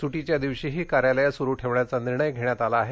सुट्टीच्या दिवशीही कार्यालये सुरु ठेवण्याचा निर्णय घेण्यात आला आहे